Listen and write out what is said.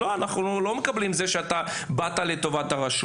" אנחנו לא מקבלים את זה שאתה באת לטובת הרשות".